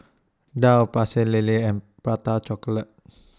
Daal Pecel Lele and Prata Chocolate